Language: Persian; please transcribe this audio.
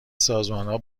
سازمانها